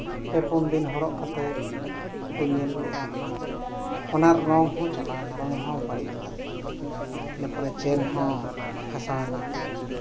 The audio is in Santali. ᱯᱮ ᱯᱩᱱ ᱫᱤᱱ ᱦᱚᱨᱚᱜ ᱠᱟᱛᱮᱫ ᱤᱧ ᱧᱮᱞ ᱠᱮᱜᱼᱟ ᱚᱱᱟ ᱨᱚᱝ ᱦᱚᱸ ᱪᱟᱞᱟᱣᱮᱱᱟ ᱚᱱᱟ ᱨᱚᱝ ᱦᱚᱸ ᱵᱟᱹᱲᱤᱡ ᱮᱱᱟ ᱤᱱᱟᱹ ᱯᱚᱨᱮ ᱪᱮᱱ ᱦᱚᱸ ᱯᱷᱟᱥᱟᱣ ᱮᱱᱟ